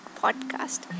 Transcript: podcast